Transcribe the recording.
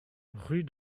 rue